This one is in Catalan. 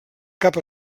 cap